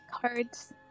Cards